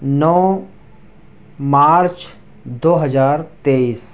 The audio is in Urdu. نو مارچ دو ہزار تیئس